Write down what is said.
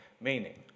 meaning